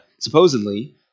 supposedly